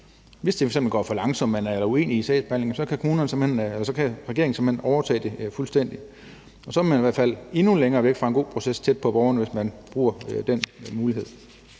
Hvis det f.eks. går for langsomt eller man er uenig i sagsbehandlingen, kan regeringen simpelt hen overtage det fuldstændig. Og så er man i hvert fald endnu længere væk fra en god proces tæt på borgerne, hvis man bruger den mulighed.